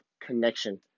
connection